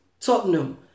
Tottenham